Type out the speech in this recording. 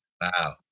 Wow